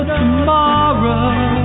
tomorrow